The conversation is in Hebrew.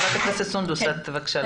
ח"כ סונדוס בבקשה.